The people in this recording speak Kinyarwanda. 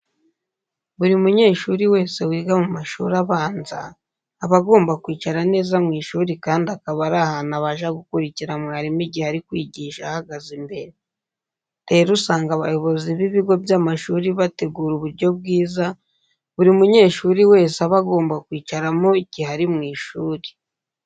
Buri munyeshuri wese wiga mu mashuri abanza, aba agomba kwicara neza mu ishuri kandi akaba ari ahantu abasha gukurikira mwarimu igihe ari kwigisha ahagaze imbere. Rero usanga abayobozi b'ibigo by'amashuri bategura uburyo bwiza buri munyeshuri wese aba agomba kwicaramo igihe ari mu ishuri.